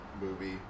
movie